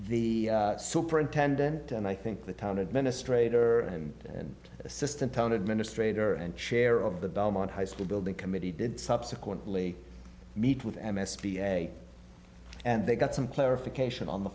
the superintendent and i think the town administrator and assistant town administrator and chair of the belmont high school building committee did subsequently meet with m s p and they got some clarification on the